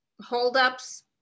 holdups